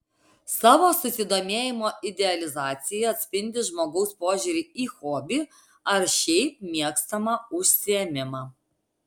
savo susidomėjimo idealizacija atspindi žmogaus požiūrį į hobį ar šiaip mėgstamą užsiėmimą